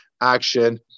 action